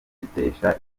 bitesha